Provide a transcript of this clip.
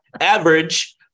Average